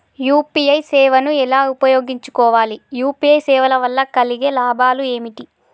UPI సేవను ఎలా ఉపయోగించు కోవాలి? యూ.పీ.ఐ సేవల వల్ల కలిగే లాభాలు ఏమిటి?